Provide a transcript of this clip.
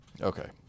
Okay